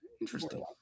Interesting